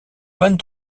vingt